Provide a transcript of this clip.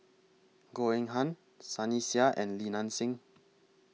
Goh Eng Han Sunny Sia and Li NAN Xing